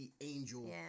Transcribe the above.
angel